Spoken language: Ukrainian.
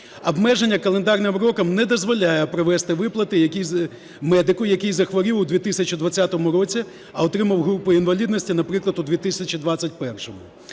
Обмеження календарним роком не дозволяє провести виплати медику, який захворів у 2020 році, а отримав групу інвалідності наприклад у 2021.